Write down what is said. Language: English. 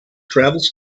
travels